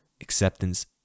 acceptance